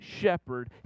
shepherd